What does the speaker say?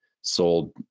sold